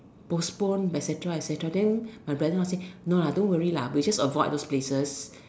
postpone et-cetera et-cetera then my brother-in-law say no lah don't worry lah we just avoid those places